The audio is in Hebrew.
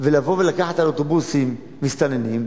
ולבוא ולקחת מהאוטובוסים מסתננים,